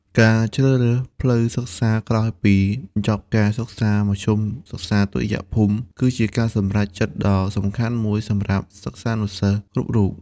ការជ្រើសរើសផ្លូវសិក្សាក្រោយពីបញ្ចប់ការសិក្សាមធ្យមសិក្សាទុតិយភូមិ គឺជាការសម្រេចចិត្តដ៏សំខាន់មួយសម្រាប់សិស្សានុសិស្សគ្រប់រូប។